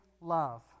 love